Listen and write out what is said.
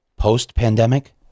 post-pandemic